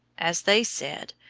as they said,